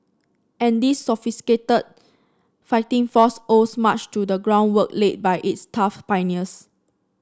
and this sophisticated fighting force owes much to the groundwork laid by its tough pioneers